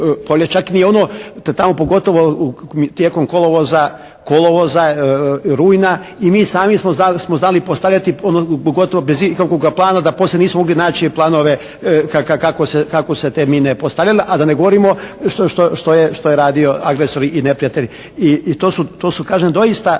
čak ni ono tamo, pogotovo tijekom kolovoza, rujna i mi sami smo znali postavljati gotovo bez ikakvoga plana da poslije nismo mogli naći planove kako su se te mine postavljale a da ne govorimo što je radio agresor i neprijatelj. I to su kažem doista